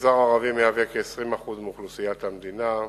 המגזר הערבי מהווה כ-20% מאוכלוסיית המדינה.